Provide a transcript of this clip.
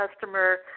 customer